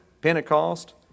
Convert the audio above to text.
Pentecost